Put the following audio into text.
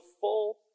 full